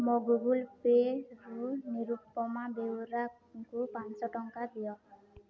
ମୋ ଗୁଗଲ୍ ପେରୁ ନିରୁପମା ବେଉରାଙ୍କୁ ପାଞ୍ଚଟଙ୍କା ଦିଅ